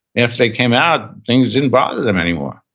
after they came out, things didn't bother them anymore.